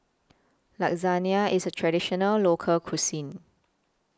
Lasagna IS A Traditional Local Cuisine